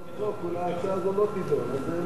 אולי ההצעה הזאת גם לא תידון, זה אמצעי לחץ.